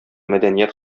мәдәният